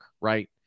right